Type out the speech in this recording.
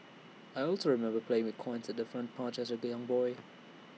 I also remember playing with coins at the front porch as A young boy